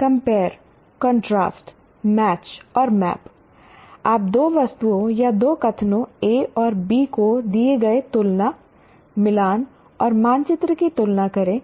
compare Compare contrast match और map आप दो वस्तुओं या दो कथनों A और B को दिए गए तुलना मिलान और मानचित्र की तुलना करें